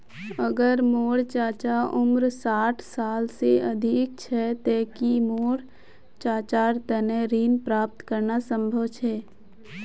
अगर मोर चाचा उम्र साठ साल से अधिक छे ते कि मोर चाचार तने ऋण प्राप्त करना संभव छे?